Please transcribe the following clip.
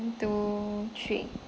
two three